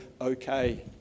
okay